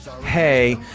Hey